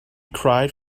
cried